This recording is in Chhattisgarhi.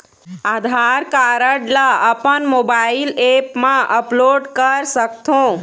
आधार कारड ला अपन मोबाइल ऐप मा अपलोड कर सकथों?